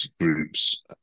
groups